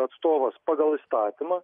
atstovas pagal įstatymą